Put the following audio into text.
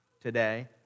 today